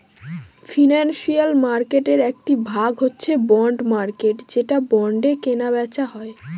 financial মার্কেটের একটি ভাগ হচ্ছে বন্ড মার্কেট যে বন্ডে কেনা বেচা হয়